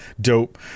dope